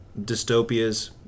dystopias